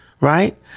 right